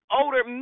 older